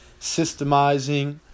systemizing